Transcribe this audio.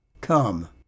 Come